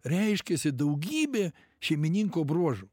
reiškiasi daugybė šeimininko bruožų